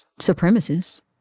supremacists